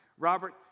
Robert